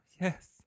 yes